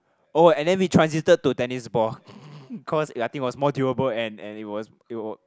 oh and then we transited to tennis ball because ya I think it was more durable and and it was it it